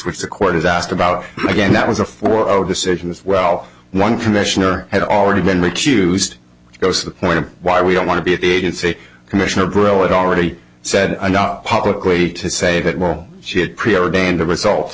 which the court is asked about again that was a four zero decision as well one commissioner had already been recused goes to the point of why we don't want to be agency commissioner grow it already said publicly to say that while she had preordained a result